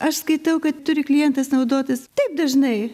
aš skaitau kad turi klientas naudotis taip dažnai